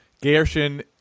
Gershon